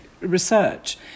research